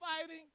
fighting